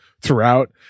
throughout